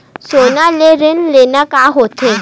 सोना ले ऋण लेना का होथे?